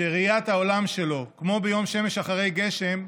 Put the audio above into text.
שראיית העולם שלו, כמו ביום שמש אחרי גשם,